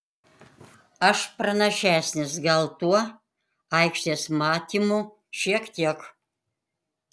aš pranašesnis gal tuo aikštės matymu šiek tiek